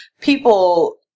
people